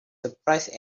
surprised